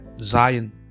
Zion